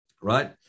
right